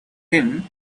him